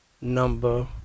number